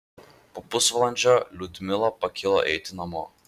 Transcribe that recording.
po pusvalandžio liudmila pakilo eiti namo